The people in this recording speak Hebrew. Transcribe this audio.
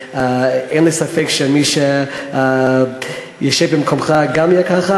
אין לי ספק שמי שישב במקומך גם יהיה כך,